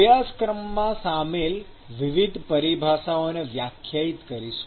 અભ્યાસક્રમમાં સામેલ વિવિધ પરિભાષાઓને વ્યાખ્યાયિત કરીશું